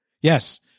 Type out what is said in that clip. Yes